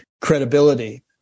credibility